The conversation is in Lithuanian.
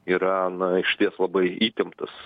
yra na išties labai įtemptas